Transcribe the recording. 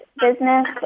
business